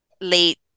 late